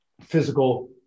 physical